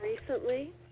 recently